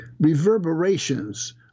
reverberations